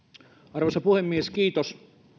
arvoisa puhemies